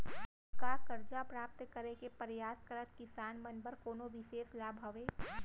का करजा प्राप्त करे के परयास करत किसान मन बर कोनो बिशेष लाभ हवे?